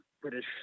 British